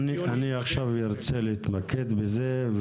אני רוצה להתמקד בזה.